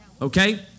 okay